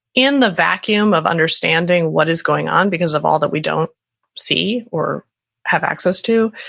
in the vacuum of understanding what is going on because of all that we don't see or have access to.